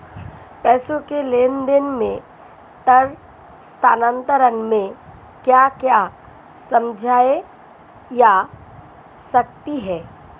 पैसों के लेन देन में तार स्थानांतरण में क्या क्या समस्याएं आ सकती हैं?